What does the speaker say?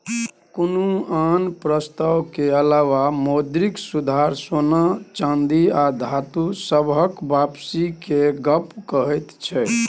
कुनु आन प्रस्ताव के अलावा मौद्रिक सुधार सोना चांदी आ धातु सबहक वापसी के गप कहैत छै